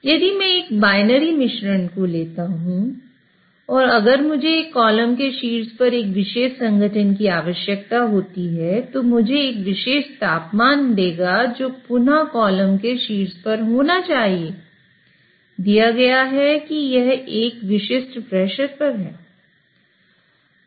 यदि मैं एक बायनरी मिश्रण लेता हूं अगर मुझे कॉलम के शीर्ष पर एक विशेष संघटन की आवश्यकता होती है जो मुझे एक विशेष तापमान देगा जो पुनः कॉलम के शीर्ष पर होना चाहिए दिया गया है कि यह एक विशिष्ट प्रेशर पर है